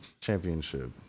championship